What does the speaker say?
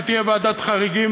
שתהיה ועדת חריגים,